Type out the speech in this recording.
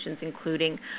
including